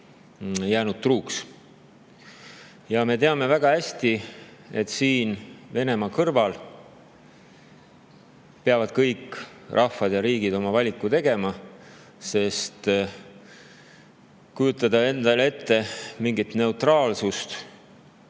jäänud truuks. Me teame väga hästi, et siin, Venemaa kõrval peavad kõik rahvad ja riigid oma valiku tegema, sest kujutada endale ette mingit neutraalsust